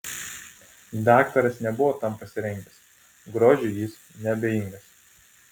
daktaras nebuvo tam pasirengęs grožiui jis neabejingas